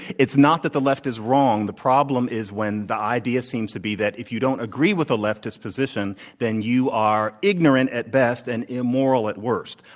it's not that the left is wrong. the problem is when the idea seems to be that if you don't agree with the leftist position, then you are ignorant at best and immoral at worst.